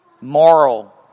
moral